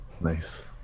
nice